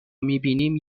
میبینیم